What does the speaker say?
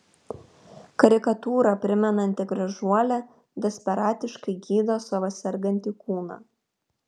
karikatūrą primenanti gražuolė desperatiškai gydo savo sergantį kūną